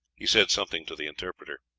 he said something to the interpreter.